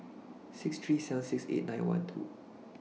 six three seven six eight nine one two